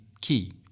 key